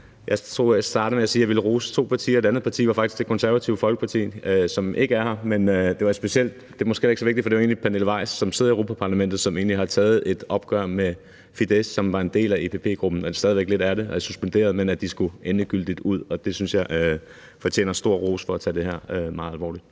Jeg tror, jeg startede med at sige, at jeg ville rose to partier, og det andet parti var faktisk Det Konservative Folkeparti, som ikke er her. Men det er måske heller ikke så vigtigt, for det var egentlig sagt til Pernille Weiss, som sidder i Europa-Parlamentet, og som har taget et opgør med Fidesz, der var en del af EPP-gruppen og stadig væk lidt er det; de er suspenderet, men hun mener, at de skal endegyldigt ud. Jeg synes, hun fortjener stor ros for at tage det her meget alvorligt.